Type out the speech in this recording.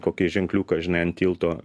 kokį ženkliuką žinai ant tilto